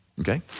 Okay